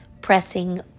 pressing